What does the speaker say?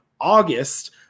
August